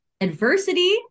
adversity